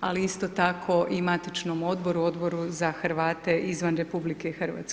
ali isto tako i matičnom odboru, Odboru za Hrvate izvan RH.